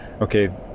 okay